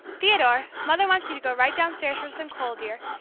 theodore, mother wants you to go right downstairs for some coal, dear.